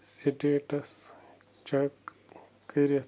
status check کٔرِتھ